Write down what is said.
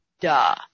Duh